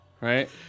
Right